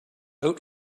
oat